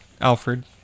Alfred